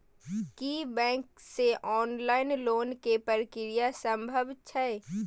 की bank से online loan के प्रक्रिया संभव छै?